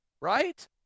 right